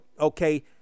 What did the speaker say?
Okay